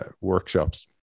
workshops